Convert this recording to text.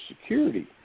Security